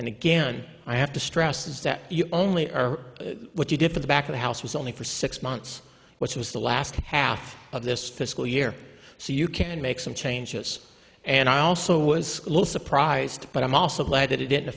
and again i have to stress is that you only are what you did for the back of the house was only for six months which was the last half of this fiscal year so you can make some changes and i also was a little surprised but i'm also glad that it didn't